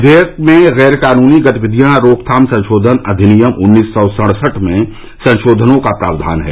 विधेयक में गैरकानूनी गतिविधियां रोकथाम संशोधन अधिनियम उन्नीस सौ सड़सठ में संशोधनों का प्राक्षान है